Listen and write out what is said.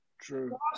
true